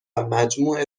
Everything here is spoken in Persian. مجموع